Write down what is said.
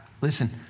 Listen